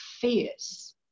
fierce